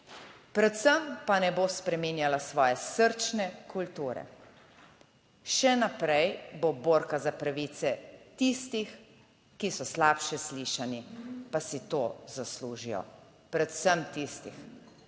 Predvsem pa ne bo spreminjala svoje srčne kulture. Še naprej bo borka za pravice tistih, ki so slabše slišani, pa si to zaslužijo, predvsem tistih.